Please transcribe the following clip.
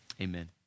amen